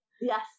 Yes